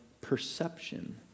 perception